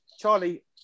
Charlie